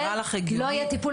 וראה שלא,